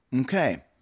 okay